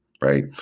right